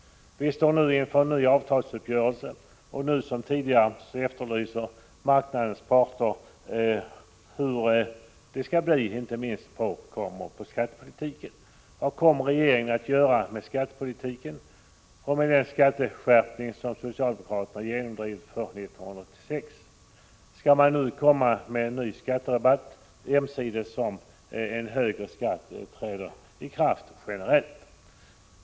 Vi står nu inför en ny avtalsuppgörelse, och nu som tidigare efterlyser arbetsmarknadens parter hur det skall bli, inte minst i fråga om skattepolitiken. Vad kommer regeringen att göra med skattepolitiken och med den skatteskärpning som socialdemokraterna genomdrivit för år 1986? Skall man komma med en ny skatterabatt, samtidigt som en högre skatt träder i kraft generellt?